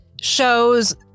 shows